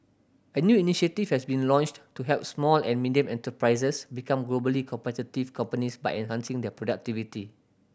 a new initiative has been launched to help small and medium enterprises become globally competitive companies by enhancing their productivity